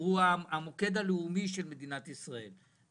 הוא המוקד הלאומי של מדינת ישראל.